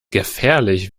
gefährlich